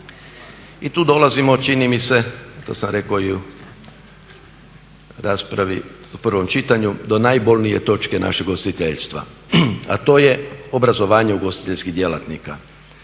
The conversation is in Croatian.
I tu dolazimo čini mi se, i to sam rekao i u raspravi u prvom čitanju, do najbolnije točke našeg ugostiteljstva a to je obrazovanje ugostiteljskih djelatnika.